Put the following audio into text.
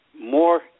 more